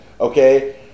okay